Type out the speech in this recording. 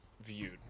viewed